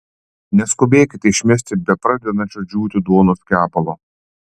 neskubėkite išmesti bepradedančio džiūti duonos kepalo